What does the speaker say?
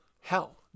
hell